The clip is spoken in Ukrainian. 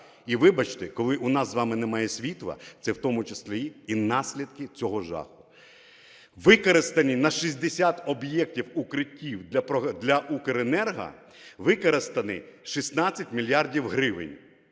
І вибачте, коли у нас з вами немає світла, це в тому числі і наслідки цього жаху. Використанні на 60 об'єктів укриттів для Укренерго, використано 16 мільярдів гривень.